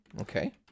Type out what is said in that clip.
okay